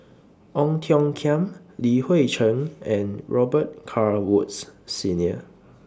Ong Tiong Khiam Li Hui Cheng and Robet Carr Woods Senior